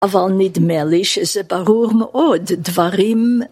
‫אבל נדמה לי ‫שזה ברור מאוד דברים.